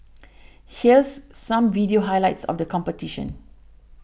here's some video highlights of the competition